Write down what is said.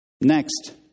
Next